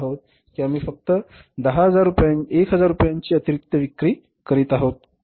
की आम्ही फक्त 1000 रुपयांची अतिरिक्त विक्री करीत आहोत